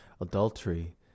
adultery